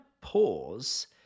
pause